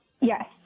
Yes